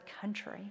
country